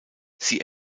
sie